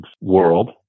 world